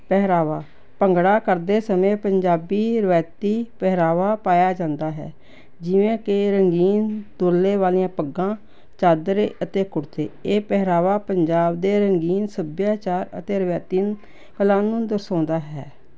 ਪਹਿਰਾਵਾ ਭੰਗੜਾ ਕਰਦੇ ਸਮੇਂ ਪੰਜਾਬੀ ਰਿਵਾਇਤੀ ਪਹਿਰਾਵਾ ਪਾਇਆ ਜਾਂਦਾ ਹੈ ਜਿਵੇਂ ਕਿ ਰੰਗੀਨ ਤੁਰਲੇ ਵਾਲੀਆਂ ਪੱਗਾਂ ਚਾਦਰੇ ਅਤੇ ਕੁੜਤੇ ਇਹ ਪਹਿਰਾਵਾ ਪੰਜਾਬ ਦੇ ਰੰਗੀਨ ਸੱਭਿਆਚਾਰ ਅਤੇ ਰਵਾਤੀਨ ਪਲਾਂ ਨੂੰ ਦਰਸਾਉਂਦਾ ਹੈ